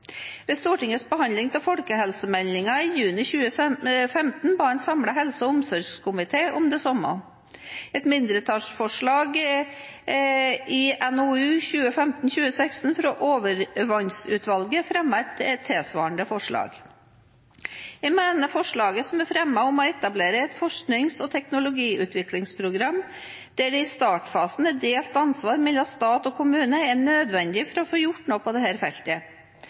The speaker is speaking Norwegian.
Ved Stortingets behandling av folkehelsemeldingen i juni 2015, ba en samlet helse- og omsorgskomité om det samme. Et mindretall fremmet i NOU 2015:16 fra Overvannsutvalget et tilsvarende forslag. Jeg mener forslaget som er fremmet om å etablere et forsknings- og teknologiutviklingsprogram der det i startfasen er et delt ansvar mellom stat og kommune, er nødvendig for å få gjort noe på dette feltet. Det